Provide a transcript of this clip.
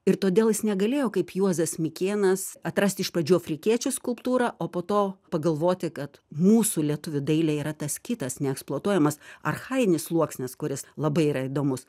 ir todėl jis negalėjo kaip juozas mikėnas atrasti iš pradžių afrikiečių skulptūrą o po to pagalvoti kad mūsų lietuvių dailėj yra tas kitas neeksploatuojamas archajinis sluoksnis kuris labai yra įdomus